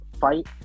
fight